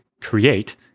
create